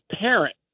parent